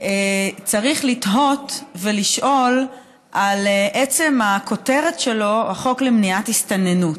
צריך לתהות ולשאול על עצם הכותרת שלו: החוק למניעת הסתננות.